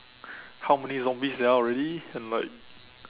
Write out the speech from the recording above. how many zombies there are already and like